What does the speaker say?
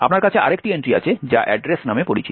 আপনার কাছে আরেকটি এন্ট্রি আছে যা অ্যাড্রেস নামে পরিচিত